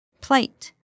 Plate